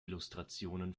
illustrationen